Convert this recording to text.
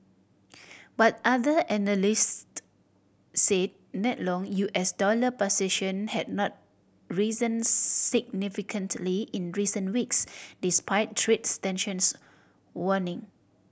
but other analyst said net long U S dollar position had not risen significantly in recent weeks despite trades tensions waning